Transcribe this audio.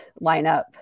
lineup